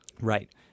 Right